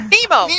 Nemo